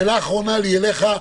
שאלה אחרונה לי אליך.